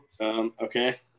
Okay